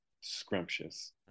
scrumptious